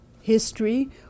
history